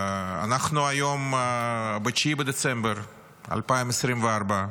אנחנו היום ב-9 בדצמבר 2024,